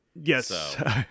Yes